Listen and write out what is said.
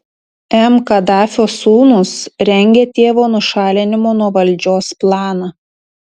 m kadafio sūnūs rengia tėvo nušalinimo nuo valdžios planą